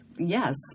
Yes